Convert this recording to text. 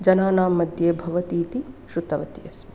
जनानाम्मध्ये भवतीति श्रुतवती अस्मि